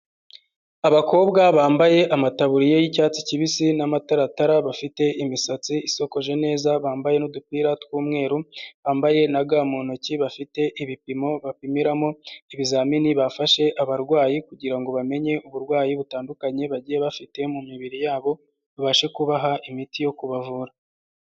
Abakobwa bambaye amatabuririya y'icyatsi kibisi n'amataratara, bafite imisatsi isokoje neza, bambaye n'udupira tw'umweru, bambaye na ga mu ntoki, bafite ibipimo bapimiramo ibizamini bafashe abarwayi kugira ngo bamenye uburwayi butandukanye bagiye bafite mu mibiri yabo babashe kubaha imiti yo kubavura.